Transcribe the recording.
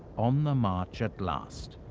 on the march at last.